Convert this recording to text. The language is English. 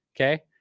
okay